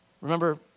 Remember